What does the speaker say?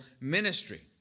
ministry